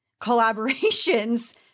collaborations